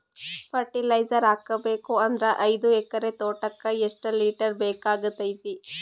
Fertiliser ಹಾಕಬೇಕು ಅಂದ್ರ ಐದು ಎಕರೆ ತೋಟಕ ಎಷ್ಟ ಲೀಟರ್ ಬೇಕಾಗತೈತಿ?